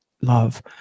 love